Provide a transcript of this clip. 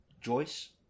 Joyce